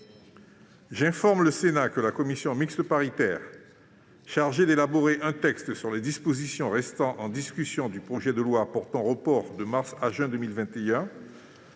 J'informe le Sénat que la commission mixte paritaire chargée d'élaborer un texte sur les dispositions restant en discussion du projet de loi portant report, de mars à juin 2021,